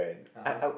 (uh huh)